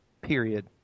period